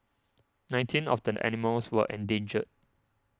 nineteen of the animals were endangered